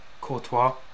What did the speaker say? Courtois